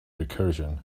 recursion